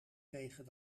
tegen